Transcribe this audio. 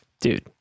Dude